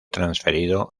transferido